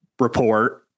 report